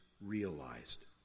realized